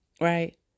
Right